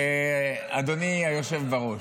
אדוני היושב בראש.